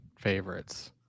favorites